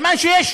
סימן שיש